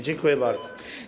Dziękuję bardzo.